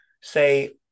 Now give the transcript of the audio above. say